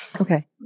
Okay